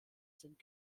sind